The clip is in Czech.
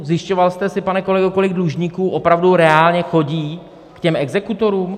Zjišťoval jste si, pane kolego, kolik dlužníků opravdu reálně chodí k těm exekutorům?